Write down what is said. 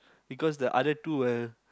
because the other two will